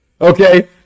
okay